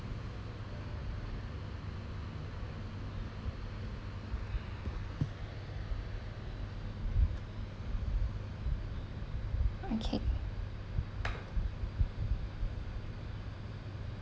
okay